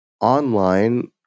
online